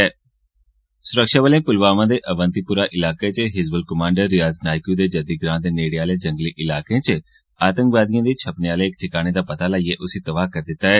सुरक्षाबलें पुलवामा दे अवंतापोरा इलाके च हिजबुल कमांडर रियाज़ नाईकू दे जद्दी ग्रां दे नेड़े आहले जंगली इलाके च आतंकवादिएं दे इक गुप्त ठिकाने दा पता लाइयै उसी तबाह कीता ऐ